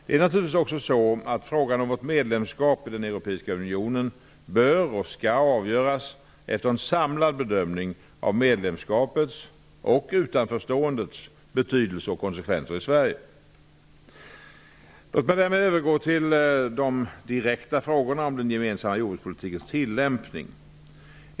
Det är naturligtvis också så att frågan om vårt medlemskap i Europeiska Unionen bör och skall avgöras efter en samlad bedömning av medlemskapets -- och utanförståendets -- betydelse och konsekvenser för Låt mig därmed övergå till de direkta frågorna om den gemensamma jordbrukspolitikens tillämpning.